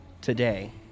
today